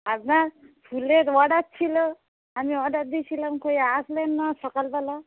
আপনার ফুলের অর্ডার ছিল আমি অর্ডার দিয়েছিলাম কই আসলেন না সকালবেলা